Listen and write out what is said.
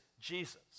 Jesus